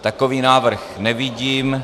Takový návrh nevidím.